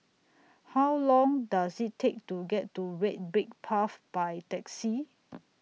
How Long Does IT Take to get to Red Brick Path By Taxi